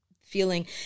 feeling